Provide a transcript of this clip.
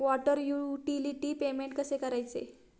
Water utility payment कसे करायचे?